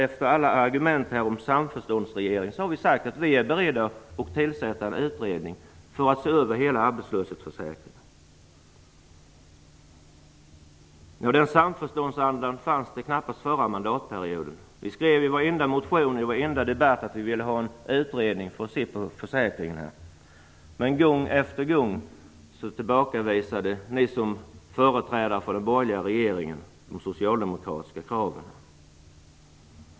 Efter alla argument här om en samförståndsregering har vi sagt att vi är beredda att tillsätta en utredning för att se över hela arbetslöshetsförsäkringen. Den samförståndsandan fanns knappast under förra mandatperioden. Vi socialdemokrater skrev i varenda motion och sade i varenda debatt att vi ville ha en utredning om försäkringen. Men gång efter gång tillbakavisade ni som företrädare för den borgerliga regeringen de socialdemokratiska kraven.